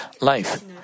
life